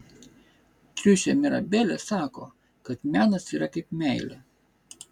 triušė mirabelė sako kad menas yra kaip meilė